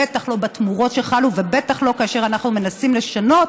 בטח לא בתמורות שחלו ובטח לא כאשר אנחנו מנסים לשנות